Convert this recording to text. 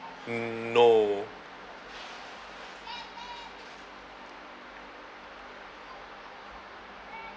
mm no